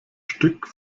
stück